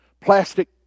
plastic